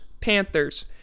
Panthers